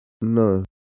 No